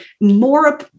more